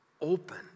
open